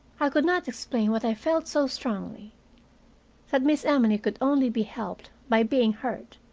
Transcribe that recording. i could not explain what i felt so strongly that miss emily could only be helped by being hurt,